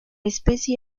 especie